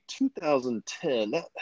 2010